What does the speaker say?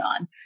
on